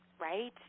right